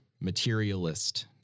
materialist